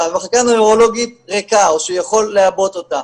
ומחלקה נוירולוגית ריקה או שהוא יכול לעבות אותה,